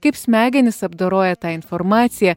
kaip smegenys apdoroja tą informaciją